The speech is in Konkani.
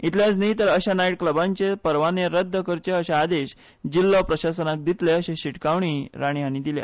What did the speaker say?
इतलेंच न्हय तर अशा नायट क्लब्सांचे परवाने रद्द करचे अशे आदेश जिल्हो प्रशासनाक दितले अशे शिटकावणीच राणे हांणी दिल्या